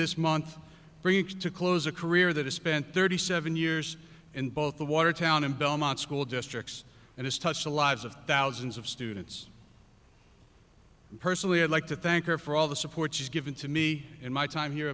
this month to close a career that has spent thirty seven years in both the watertown and belmont school districts and has touched the lives of thousands of students personally i'd like to thank her for all the support she's given to me in my time here